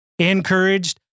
encouraged